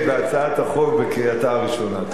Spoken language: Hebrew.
בהצעת החוק בקריאתה הראשונה.